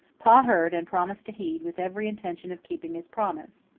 pa heard and promised to heed, with every intention of keeping his promise.